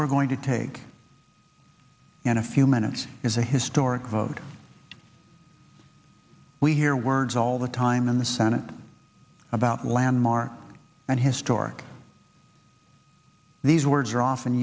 we're going to take in a few minutes is a historic vote we hear words all the time in the senate about landmark and historic these words are often